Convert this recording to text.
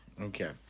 Okay